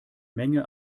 menge